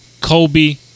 Kobe